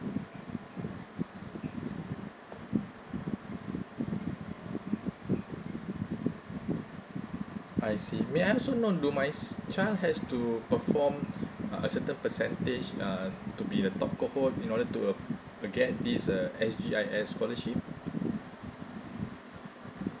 I see may I also know do my child has to perform a certain percentage uh to be at top cohort in order to ap~ to get this uh S G I S scholarship